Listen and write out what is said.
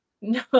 No